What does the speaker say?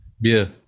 Beer